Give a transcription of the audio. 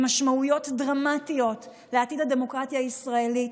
משמעויות דרמטיות לעתיד הדמוקרטיה הישראלית.